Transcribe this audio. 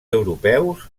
europeus